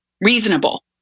reasonable